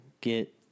get